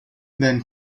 than